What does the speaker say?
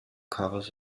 covers